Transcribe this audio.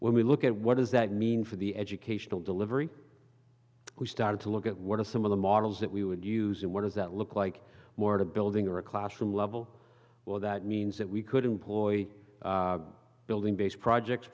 when we look at what does that mean for the educational delivery we started to look at what are some of the models that we would use and what does that look like more of a building or a classroom level well that means that we could employ the building based projects